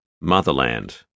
Motherland